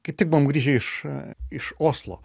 kaip tik buvom grįžę iš iš oslo